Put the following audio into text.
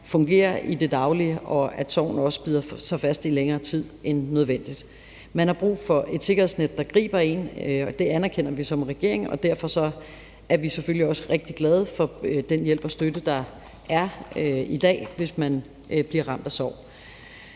fungerer i det daglige, og hvor sorgen også bider sig fast i længere tid end nødvendigt. Man har brug for et sikkerhedsnet, der griber en. Det anerkender vi som regering, og derfor er vi selvfølgelig også rigtig glade for den hjælp og støtte, der er i dag, hvis man bliver ramt af sorg.